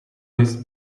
list